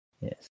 Yes